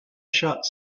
shots